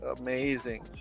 amazing